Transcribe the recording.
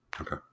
Okay